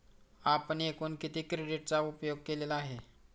आपण एकूण किती क्रेडिटचा उपयोग केलेला आहे?